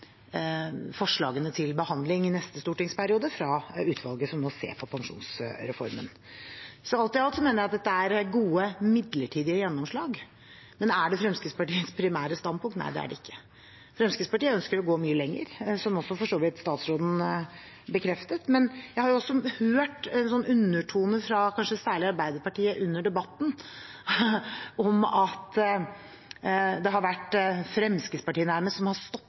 forslagene til behandling i neste stortingsperiode fra utvalget som nå ser på pensjonsreformen. Alt i alt mener jeg at dette er gode, midlertidige gjennomslag. Men er det Fremskrittspartiets primære standpunkt? Nei, det er det ikke. Fremskrittspartiet ønsker å gå mye lenger, som også for så vidt statsråden bekreftet. Jeg har også hørt en undertone fra kanskje særlig Arbeiderpartiet under debatten om at det har vært Fremskrittspartiet nærmest som har